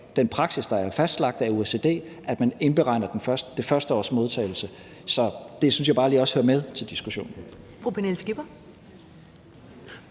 den praksis, der er fastlagt af OECD, at man indberegner det første års modtagelse. Det synes jeg bare lige også hører med til diskussionen. Kl. 17:54 Første